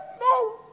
No